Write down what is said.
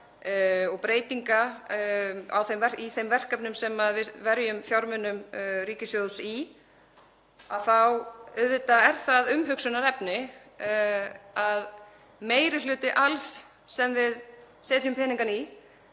og breytinga á þeim verkefnum sem við verjum fjármunum ríkissjóðs í, þá er það auðvitað umhugsunarefni að meiri hluti alls sem við setjum peningana í